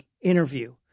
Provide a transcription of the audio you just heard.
interview